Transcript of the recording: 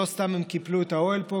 לא סתם הם קיפלו את האוהל פה,